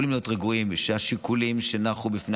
הם יכולים להיות רגועים שהשיקולים שהיו בפני